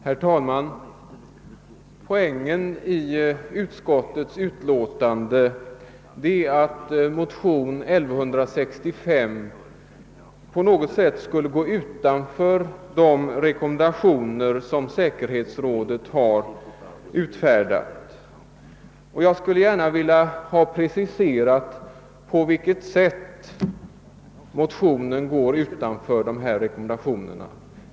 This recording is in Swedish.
Herr talman! Poängen i utskottets utlåtande är att motionen II: 1165 på något sätt skulle gå utanför säkerhetsrådets rekommendationer. Jag skulle gärna vilja ha preciserat på vilket sätt motionen går utanför dessa rekommendationer.